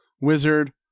Wizard